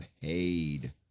paid